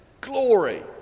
glory